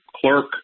clerk